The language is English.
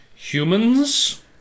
Humans